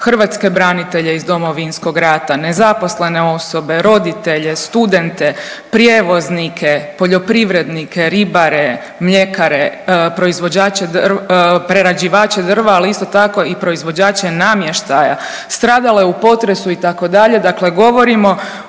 hrvatske branitelje iz Domovinskog rata, nezaposlene osobe, roditelje, studente, prijevoznike, poljoprivrednike, ribare, mljekare, prerađivače drva ali isto tako i proizvođače namještaja, stradale u potresu itd.